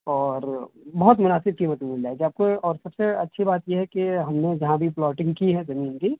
اور بہت مناسب قیمت میں مل جائے گی آپ کو اور سب سے اچھی بات یہ ہے کہ ہم نے جہاں بھی پلاٹنگ کی ہے زمین کی